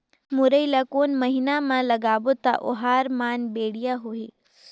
मुरई ला कोन महीना मा लगाबो ता ओहार मान बेडिया होही?